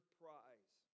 prize